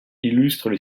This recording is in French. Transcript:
illustrent